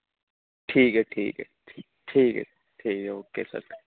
ٹھیک ہے ٹھیک ہے ٹھیک ہے ٹھیک ہے اوکے سر